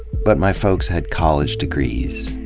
but my folks had college degrees.